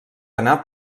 anar